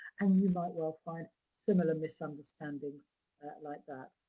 and you might well find similar misunderstandings like that.